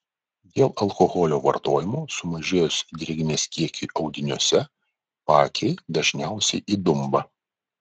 dėl alkoholio vartojimo sumažėjus drėgmės kiekiui audiniuose paakiai dažniausiai įdumba